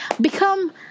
become